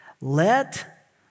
Let